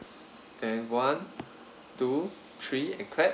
and one two three and clap